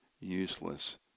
useless